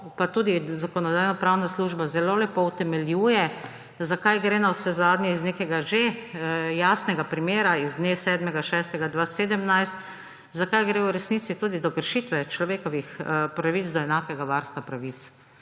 pa tudi Zakonodajno-pravna služba zelo lepo utemeljuje navsezadnje iz nekega že jasnega primera z dne 7. 6. 2017, zakaj gre v resnici tudi za kršitve človekovih pravic do enakega varstva pravic.